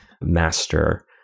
master